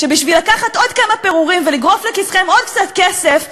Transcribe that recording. שבשביל לקחת עוד כמה פירורים ולגרוף לכיסכם עוד קצת כסף,